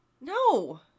No